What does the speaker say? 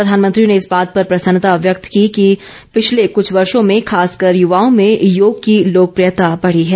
प्रधानमंत्री ने इस बात पर प्रसन्नता व्यक्त की कि पिछले कुछ वर्षों में खासकर युवाओं में योग की लोकप्रियता बढ़ी है